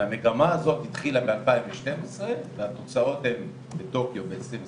והמגמה הזאת התחילה ב-2012 והתוצאות הן בטוקיו ב-2021,